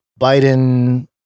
Biden